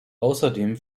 außerdem